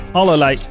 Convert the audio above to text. allerlei